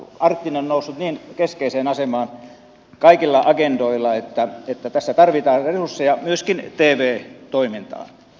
arktinen alue on noussut niin keskeiseen asemaan kaikilla agendoilla että tässä tarvitaan resursseja myöskin tv toimintaan